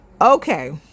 Okay